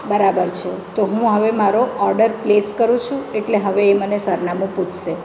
બરાબર છે તો હું હવે મારો ઓર્ડર પ્લેસ કરું છું એટલે હવે એ મને સરનામું પૂછશે